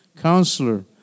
Counselor